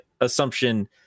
assumption